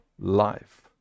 life